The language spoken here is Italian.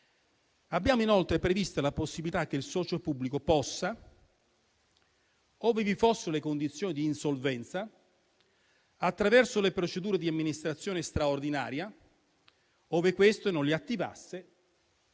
Abbiamo inoltre previsto la possibilità che il socio pubblico possa intervenire, ove vi siano le condizioni di insolvenza, attraverso le procedure di amministrazione straordinaria, ove queste non le attivasse